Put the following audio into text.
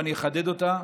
ואני אחדד אותם,